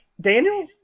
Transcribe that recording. Daniel